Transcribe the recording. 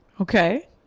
okay